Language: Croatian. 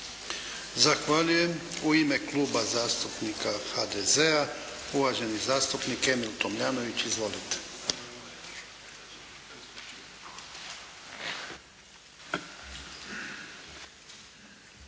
Zahvaljujem. U ime Kluba zastupnika HDZ-a, uvaženi zastupnik Emil Tomljanović. Izvolite.